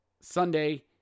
Sunday